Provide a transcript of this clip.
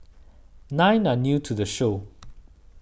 nine are new to the show